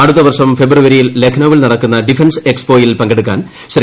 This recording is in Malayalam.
അടുത്ത വർഷം ഫെബ്രുവരിയിൽ ലക്നൌവിൽ നടക്കുന്ന ഡിഫൻസ് എക്സ്പോയിൽ പങ്കെടുക്കാൻ ശ്രീ